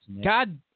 God